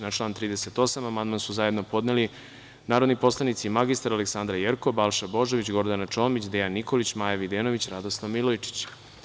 Na član 38. amandman su zajedno podneli narodni poslanici mr Aleksandra Jerkov, Balša Božović, Gordana Čomić, Dejan Nikolić, Maja Videnović i Radoslav Milojičić.